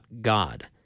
God